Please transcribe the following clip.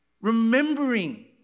remembering